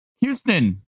Houston